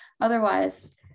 Otherwise